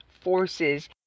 forces